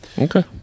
Okay